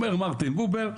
אומר מרטין בובר,